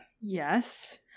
Yes